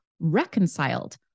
reconciled